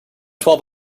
twelve